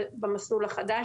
במסלול החדש.